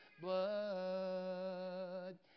blood